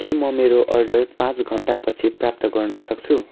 के म मेरो अर्डर पाँच घन्टापछि प्राप्त गर्न सक्छु